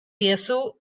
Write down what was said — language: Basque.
diezu